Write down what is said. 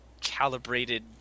calibrated